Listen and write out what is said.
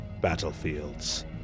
battlefields